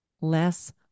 less